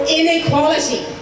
inequality